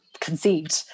conceived